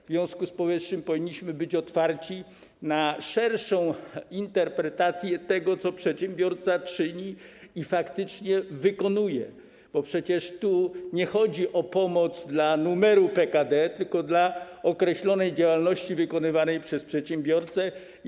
W związku z powyższym powinniśmy być otwarci na szerszą interpretację tego, co przedsiębiorca czyni, faktycznie wykonuje, bo przecież nie chodzi o pomoc dla numeru PKD, tylko dla określonej działalności wykonywanej przez przedsiębiorcę.